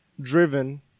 driven